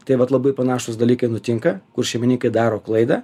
tai vat labai panašūs dalykai nutinka kur šeimininkai daro klaidą